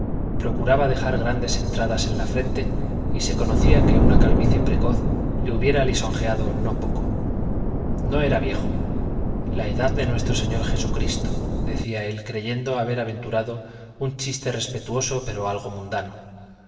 procuraba dejar grandes entradas en la frente y se conocía que una calvicie precoz le hubiera lisonjeado no poco no era viejo la edad de nuestro señor jesucristo decía él creyendo haber aventurado un chiste respetuoso pero algo mundano